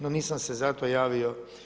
No, nisam se zato javio.